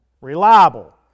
Reliable